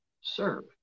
serve